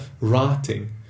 writing